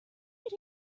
did